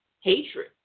hatred